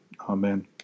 Amen